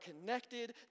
connected